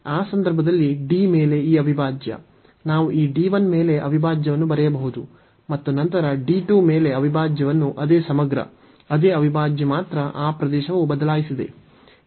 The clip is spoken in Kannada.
ಆ ಸಂದರ್ಭದಲ್ಲಿ D ಮೇಲೆ ಈ ಅವಿಭಾಜ್ಯ ನಾವು ಈ D 1 ಮೇಲೆ ಅವಿಭಾಜ್ಯವನ್ನು ಬರೆಯಬಹುದು ಮತ್ತು ನಂತರ D 2 ಮೇಲೆ ಅವಿಭಾಜ್ಯವನ್ನು ಅದೇ ಸಮಗ್ರ ಅದೇ ಅವಿಭಾಜ್ಯ ಮಾತ್ರ ಈ ಪ್ರದೇಶವು ಬದಲಾಯಿಸಿದೆ